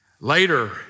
Later